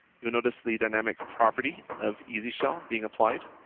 you notice the dynamic property of easy shell being applied.